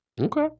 Okay